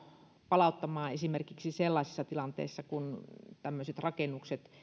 palauttamaan esimerkiksi sellaisissa tilanteissa kun rakennuksissa